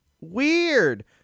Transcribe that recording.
weird